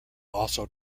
also